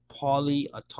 polyatomic